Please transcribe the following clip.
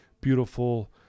beautiful